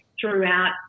throughout